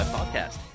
Podcast